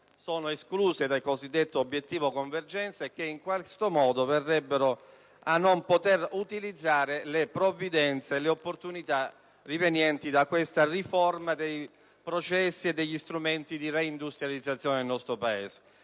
sono già escluse dal cosiddetto obiettivo convergenza e in questo modo non potrebbero usufruire delle provvidenze e delle opportunità rivenienti da questa riforma dei processi e degli strumenti di reindustrializzazione nel nostro Paese.